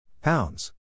Pounds